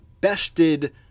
bested